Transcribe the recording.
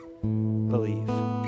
believe